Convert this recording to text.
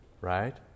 right